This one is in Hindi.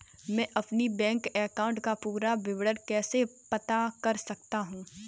मैं अपने बैंक अकाउंट का पूरा विवरण कैसे पता कर सकता हूँ?